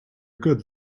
good